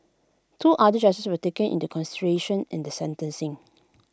two other charges were taken into consideration in the sentencing